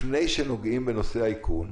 לפני שנוגעים בנושא האיכון,